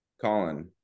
Colin